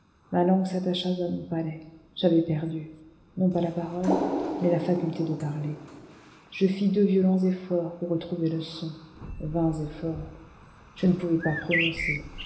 ma langue s'attacha à mon palais j'avais perdu non pas la parole mais la faculté de parler je fis deux violents efforts pour retrouver le son vains efforts je ne pouvais pas prononcer